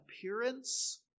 appearance